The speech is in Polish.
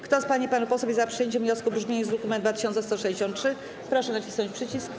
Kto z pań i panów posłów jest za przyjęciem wniosku w brzmieniu z druku nr 2163, proszę nacisnąć przycisk.